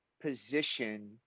position